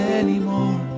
anymore